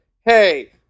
hey